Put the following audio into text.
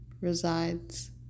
resides